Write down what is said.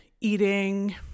eating